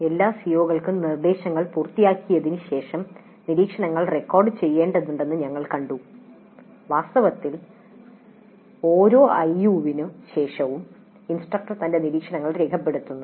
എല്ലാ സിഒകൾക്കും നിർദ്ദേശങ്ങൾ പൂർത്തിയാക്കിയതിന് ശേഷം നിരീക്ഷണങ്ങൾ റെക്കോർഡുചെയ്യേണ്ടതുണ്ടെന്ന് ഞങ്ങൾ കണ്ടു വാസ്തവത്തിൽ ഓരോ ഐയുവിന് ശേഷവും ഇൻസ്ട്രക്ടർ തൻ്റെ നിരീക്ഷണങ്ങൾ രേഖപ്പെടുത്തുന്നു